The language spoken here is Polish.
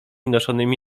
noszonymi